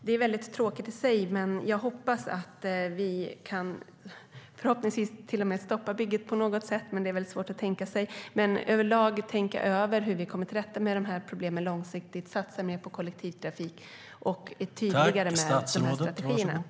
Det är tråkigt i sig.